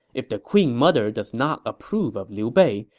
if the queen mother does not approve of liu bei,